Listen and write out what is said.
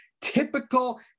typical